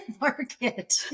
market